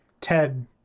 ted